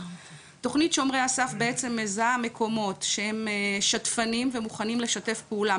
תוכנית 'שומרי הסף' בעצם מזהה מקומות שהם שתפנים ומוכנים לשתף פעולה,